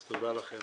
אז תודה לכם.